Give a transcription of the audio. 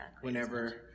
Whenever